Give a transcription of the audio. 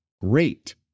great